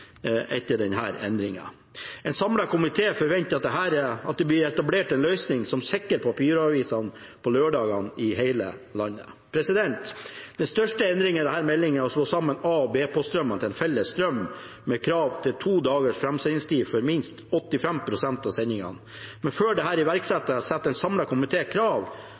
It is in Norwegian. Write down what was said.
etter denne endringen er det i dag over 40 000 som ikke får lørdagsavisen sin. En samlet komité forventer at det blir etablert en løsning som sikrer papiraviser på lørdager i hele landet. Den største endringen i denne meldingen er å slå sammen A- og B-poststrømmene til én felles strøm, med krav om to dagers framsendingstid for minst 85 pst. av sendingene. Men før dette iverksettes, setter en samlet komité krav